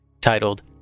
titled